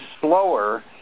slower